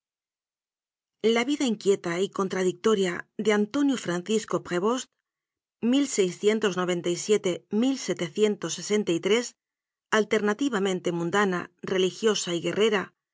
la vida inquieta y contradictoria de antonio francisco pavos alternativamente mundana religiosa y guerrera